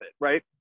right